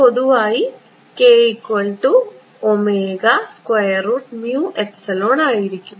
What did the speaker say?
പൊതുവായി ആയിരിക്കും